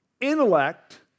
Intellect